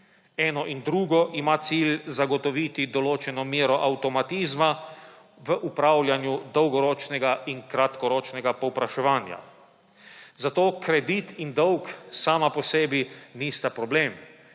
Eno in drugo ima cilj zagotoviti določeno mero avtomatizma v upravljanju dolgoročnega in kratkoročnega povpraševanja. Zato kredit in dolg sama po sebi nista problem,